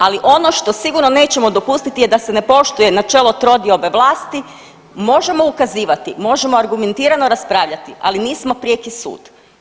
Ali ono što sigurno nećemo dopustiti je da se ne poštuje načelo trodiobe vlasti, možemo ukazivati, možemo argumentirano raspravljati ali nismo prijeki sud.